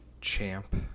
Champ